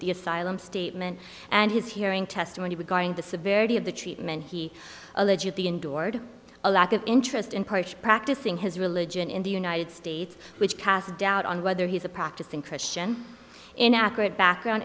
the asylum statement and his hearing testimony regarding the severity of the treatment he allegedly endured a lack of interest in parts practicing his religion in the united states which casts doubt on whether he's a practicing christian in accurate background